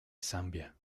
zambia